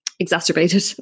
Exacerbated